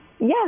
Yes